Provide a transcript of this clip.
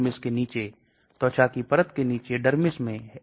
इसे देखें यह Oseltamivir है यह एक एंटीवायरस दवा है